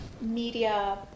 media